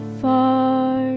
far